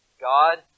God